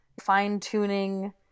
fine-tuning